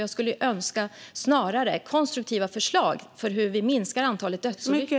Jag skulle snarare önska konstruktiva förslag för hur vi ska minska antalet dödsolyckor.